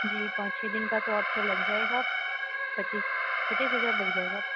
जी पाँच छः दिन का तो आपको लग जाएगा पच्चीस पच्चीस हजार लग जाएगा आपको